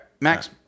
Max